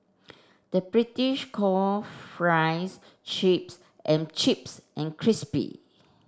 the British call fries chips and chips and crispy